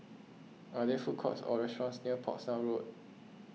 are there food courts or restaurants near Portsdown Road